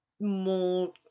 more